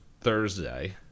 Thursday